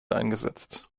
eingesetzt